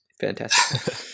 fantastic